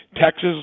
Texas